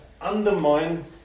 undermine